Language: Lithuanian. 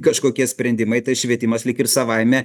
kažkokie sprendimai tai švietimas lyg ir savaime